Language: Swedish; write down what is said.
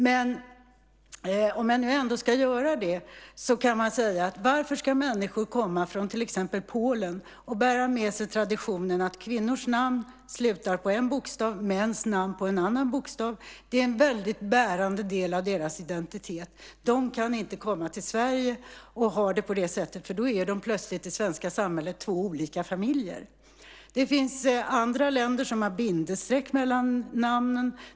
Men om jag nu ändå ska göra det: Varför ska människor komma från till exempel Polen och bära med sig traditionen att kvinnors namn slutar på en bokstav och mäns namn på en annan bokstav? Det är en väldigt bärande del av deras identitet. De kan inte komma till Sverige och ha det på det sättet, för då är de plötsligt i det svenska samhället två olika familjer. Det finns andra länder som har bindestreck mellan namnen.